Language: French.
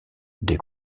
des